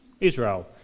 Israel